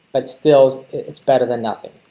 but still, it's better than nothing.